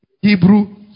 Hebrew